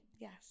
Yes